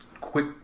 quick